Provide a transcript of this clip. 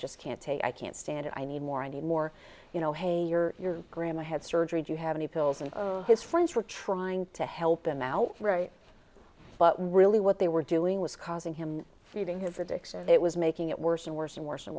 just can't take i can't stand it i need more and more you know hey your grandma had surgery do you have any pills and his friends were trying to help him out right but really what they were doing was causing him feeding his addiction it was making it worse and worse and worse and